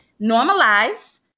Normalize